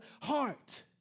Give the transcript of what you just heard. heart